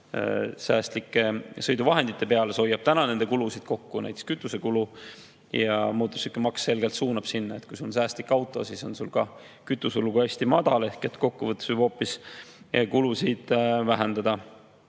säästlike sõiduvahendite peale üle. See hoiab nende kulusid kokku, näiteks kütusekulu, ja mootorsõidukimaks selgelt suunab sinna. Kui sul on säästlik auto, siis on sul ka kütusekulu hästi madal ehk kokkuvõttes võib see hoopis kulusid vähendada. Nüüd: